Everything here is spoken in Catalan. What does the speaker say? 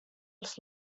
els